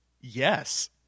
Yes